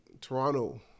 Toronto